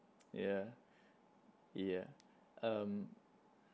yeah yeah um